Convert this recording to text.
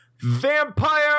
Vampire